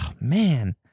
Man